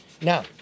Now